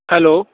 hello